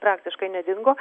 praktiškai nedingo